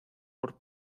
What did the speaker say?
por